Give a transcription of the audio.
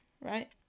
right